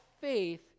faith